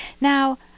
Now